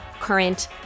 current